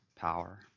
power